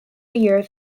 years